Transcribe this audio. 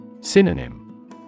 Synonym